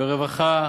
ברווחה,